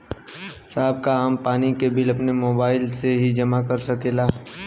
साहब का हम पानी के बिल अपने मोबाइल से ही जमा कर सकेला?